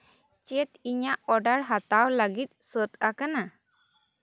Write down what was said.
ᱪᱮᱫ ᱤᱧᱟᱹᱜ ᱚᱰᱟᱨ ᱦᱟᱛᱟᱣ ᱞᱟᱹᱜᱤᱫ ᱥᱟᱹᱛ ᱟᱠᱟᱱᱟ